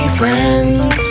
friends